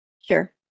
Sure